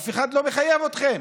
אף אחד לא מחייב אתכם,